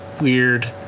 weird